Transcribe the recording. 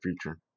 future